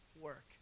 work